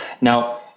Now